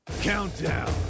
Countdown